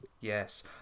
Yes